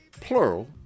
plural